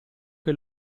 che